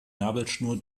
nabelschnur